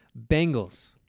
Bengals